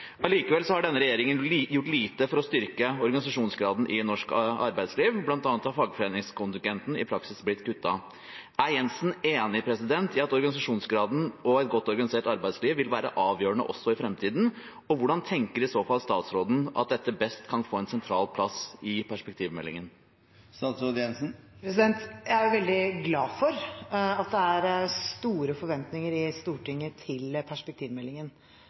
Allikevel har denne regjeringen gjort lite for å styrke organisasjonsgraden i norsk arbeidsliv. Blant annet har fradraget i fagforeningskontingent i praksis blitt kuttet. Er Jensen enig i at organisasjonsgraden og et godt organisert arbeidsliv vil være avgjørende også i framtiden? Og hvordan tenker i så fall statsråden at dette best kan få en sentral plass i perspektivmeldingen? Jeg er veldig glad for at det er store forventninger i Stortinget til perspektivmeldingen.